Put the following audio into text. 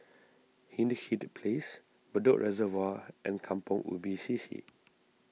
Hindhede Place Bedok Reservoir and Kampong Ubi C C